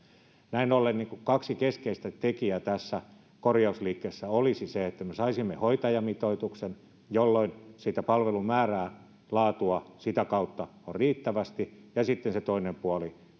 näin ollen kaksi keskeistä tekijää tässä korjausliikkeessä olisivat että me saisimme hoitajamitoituksen jolloin palvelun määrää ja laatua sitä kautta on riittävästi ja sitten se toinen puoli